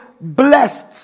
blessed